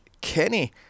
Kenny